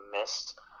missed